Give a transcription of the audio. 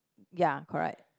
ya correct